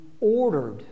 ordered